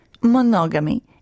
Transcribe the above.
Monogamy